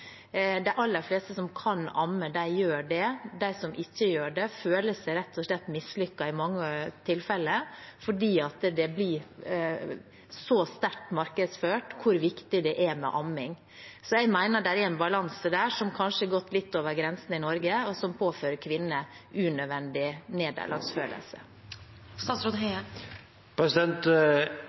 De aller fleste som kan amme, gjør det. De som ikke gjør det, føler seg rett og slett mislykket i mange tilfeller, fordi det blir så sterkt markedsført hvor viktig det er med amming. Så jeg mener det er en balanse der som kanskje er litt forrykket i Norge, og som påfører kvinner en unødvendig